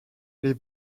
les